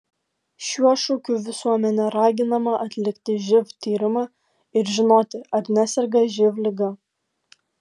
šiuo šūkiu visuomenė raginama atlikti živ tyrimą ir žinoti ar neserga živ liga